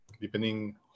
depending